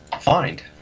find